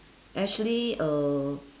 actually uh